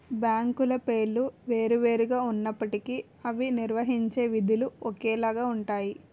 బ్యాంకుల పేర్లు వేరు వేరు గా ఉన్నప్పటికీ అవి నిర్వహించే విధులు ఒకేలాగా ఉంటాయి